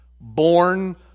born